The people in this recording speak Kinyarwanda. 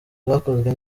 bwakozwe